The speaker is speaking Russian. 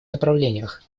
направлениях